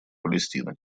палестины